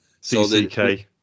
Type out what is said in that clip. CCK